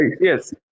Yes